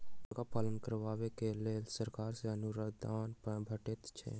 मुर्गा पालन करबाक लेल सरकार सॅ अनुदान भेटैत छै